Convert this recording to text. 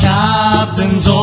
captain's